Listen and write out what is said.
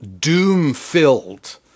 doom-filled